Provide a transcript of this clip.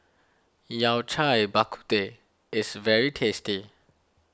Yao Cai Bak Kut Teh is very tasty